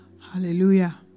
Hallelujah